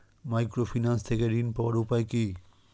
Microfinance থেকে ঋণ পাওয়ার উপায় কি?